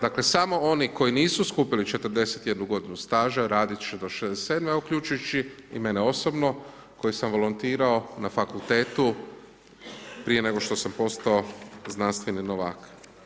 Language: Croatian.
Dakle, samo oni koji nisu skupili 41 godinu staža, radit će do 67 godine, uključujući i mene osobno koji sam volontirao na Fakultetu, prije nego što sam postao znanstveni novak.